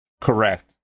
Correct